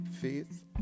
Faith